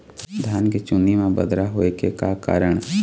धान के चुन्दी मा बदरा होय के का कारण?